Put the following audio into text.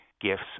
gifts